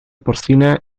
porcina